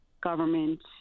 government